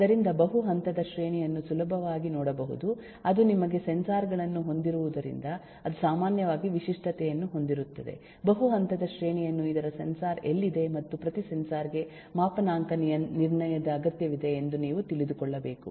ಆದ್ದರಿಂದ ಬಹು ಹಂತದ ಶ್ರೇಣಿಯನ್ನು ಸುಲಭವಾಗಿ ನೋಡಬಹುದು ಅದು ನಿಮಗೆ ಸೆನ್ಸಾರ್ ಗಳನ್ನು ಹೊಂದಿರುವುದರಿಂದ ಅದು ಸಾಮಾನ್ಯವಾಗಿ ವಿಶಿಷ್ಟತೆಯನ್ನು ಹೊಂದಿರುತ್ತದೆ ಬಹು ಹಂತದ ಶ್ರೇಣಿಯನ್ನು ಇದರ ಸೆನ್ಸಾರ್ ಎಲ್ಲಿದೆ ಮತ್ತು ಪ್ರತಿ ಸೆನ್ಸಾರ್ ಗೆ ಮಾಪನಾಂಕ ನಿರ್ಣಯದ ಅಗತ್ಯವಿದೆ ಎಂದು ನೀವು ತಿಳಿದುಕೊಳ್ಳಬೇಕು